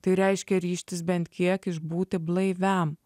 tai reiškia ryžtis bent kiek išbūti blaiviam